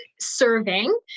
serving